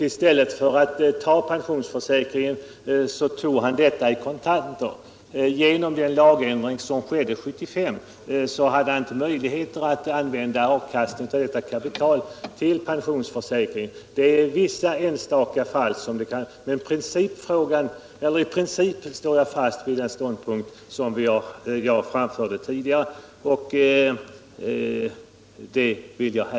I stället för att ta pensionsförsäkringen tog han beloppet i kontanter, men efter den lagändring som skedde 1975 hade han inte möjlighet att använda avkastningen av kapitalet till pensionsförsäkring. Sådana fall kan alltså finnas, men i princip står jag som sagt fast vid den ståndpunkt som jag tidigare intagit.